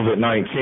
COVID-19